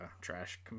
trash